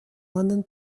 london